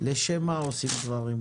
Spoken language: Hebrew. לשם מה עושים דברים.